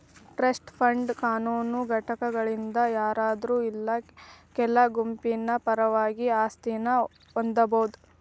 trust fund ಕಾನೂನು ಘಟಕವಾಗಿದ್ ಯಾರಾದ್ರು ಇಲ್ಲಾ ಕೆಲ ಗುಂಪಿನ ಪರವಾಗಿ ಆಸ್ತಿನ ಹೊಂದಬೋದು